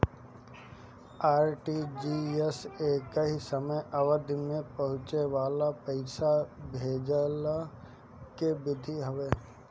RTGS एकही समय अवधि में पहुंचे वाला पईसा भेजला के विधि हवे